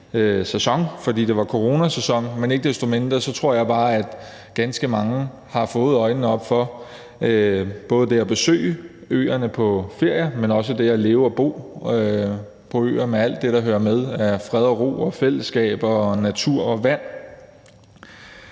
sæson, fordi det var coronasæson, men ikke desto mindre tror jeg bare, at ganske mange har fået øjnene op for både det at besøge øerne på ferier, men også det at leve og bo på øer med alt det, der hører med af fred og ro og fællesskab og natur og vand.